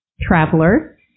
traveler